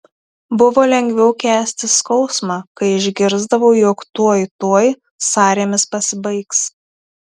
buvo lengviau kęsti skausmą kai išgirsdavau jog tuoj tuoj sąrėmis pasibaigs